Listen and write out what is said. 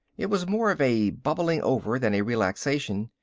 it was more of a bubbling-over than a relaxation.